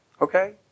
Okay